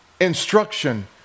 instruction